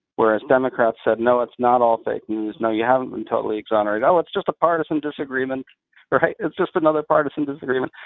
whereas democrats said, no, it's not all fake news. no, you haven't been totally exonerated. oh, it's just a partisan disagreement right. it's just another partisan disagreement.